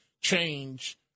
change